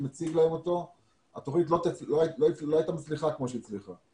התוכנית הזו לא הייתה מצליחה כמו שהיא הצליחה.